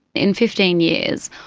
in fifteen years,